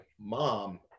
mom